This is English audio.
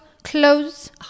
close